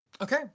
Okay